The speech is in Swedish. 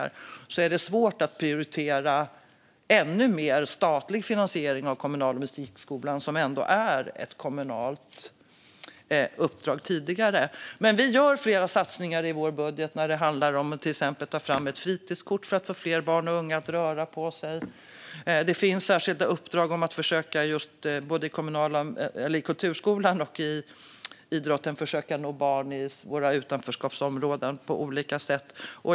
I en sådan tid är det svårt att prioritera ännu mer statlig finansiering av kommunala musikskolan, som är ett kommunalt uppdrag. Ändå gör regeringen flera satsningar i budgeten, till exempel på att ta fram ett fritidskort för att få fler barn och unga att röra på sig. Det finns särskilda uppdrag till kulturskolan och idrotten att försöka nå barn i utanförskapsområden på olika sätt.